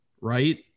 right